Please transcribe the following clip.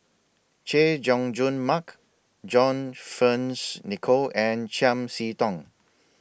Chay Jung Jun Mark John Fearns Nicoll and Chiam See Tong